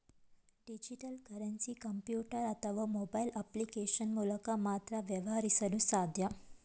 digital currency computer ಅಥವಾ mobile application ಮೂಲಕ ಮಾತ್ರ ವ್ಯವಹರಿಸಲು ಸಾಧ್ಯ